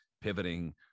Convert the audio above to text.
pivoting